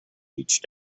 each